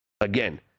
Again